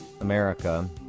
America